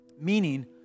Meaning